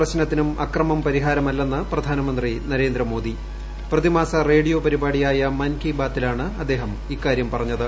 ഒരു പ്രശ്നത്തിനും അക്ര്മം പരിഹാരമല്ലെന്ന് പ്രധാമന്ത്രി നരേന്ദ്ര മോദി പ്രതിമാസ റേഡിയോ പരിപാടിയായ മൻ കി ബാതിലാണ് അദ്ദേഹം ഇക്കാര്യം പറഞ്ഞത്